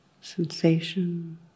sensation